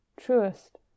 truest